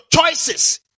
choices